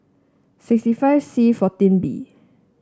sixty five C fourteen B